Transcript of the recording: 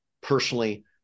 personally